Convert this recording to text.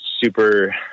super